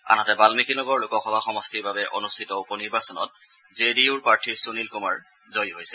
আনহাতে বান্মিকী নগৰ লোকসভা সমষ্টিৰ বাবে অনুষ্ঠিত উপ নিৰ্বাচনত জে ডি ইউৰ প্ৰাৰ্থী সুনীল কুমাৰ জয়ী হৈছে